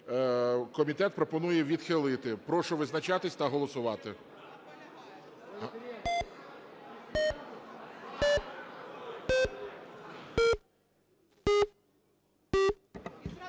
Комітет пропонує відхилити. Прошу визначатись та голосувати.